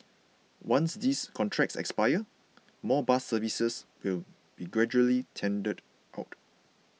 once these contracts expire more bus services will be gradually tendered out